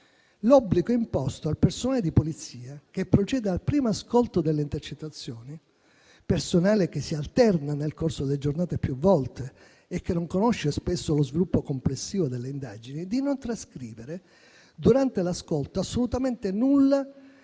l'obbligo imposto al personale di polizia che procede al primo ascolto delle intercettazioni - personale che si alterna nel corso delle giornate più volte e che spesso non conosce lo sviluppo complessivo delle indagini - di non trascrivere durante l'ascolto assolutamente nulla